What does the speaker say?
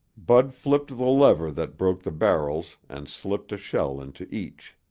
bud flipped the lever that broke the barrels and slipped a shell into each.